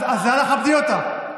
אז אנא, כבדי אותה.